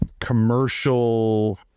commercial